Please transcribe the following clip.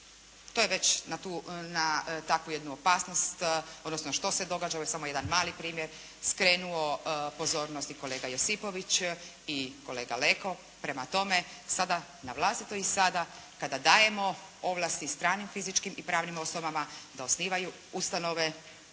To je već na takvu jednu opasnost, odnosno što se događa, ovo je samo jedan mali primjer, skrenuo pozornost i kolega Josipović i kolega Leko. Prema tome sada, na vlastito i sada kada dajemo ovlasti stranim fizičkim i pravnim osobama da osnivaju ustanove